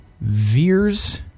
veers